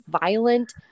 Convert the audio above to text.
violent